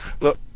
Look